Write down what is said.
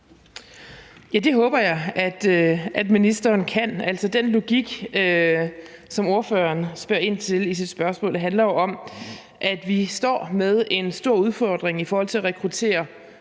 det håber jeg at ministeren kan. Altså, den logik, som ordføreren spørger ind til i sit spørgsmål, handler jo om, at vi står med en stor udfordring i forhold til at rekruttere